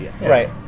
Right